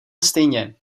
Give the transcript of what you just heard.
stejně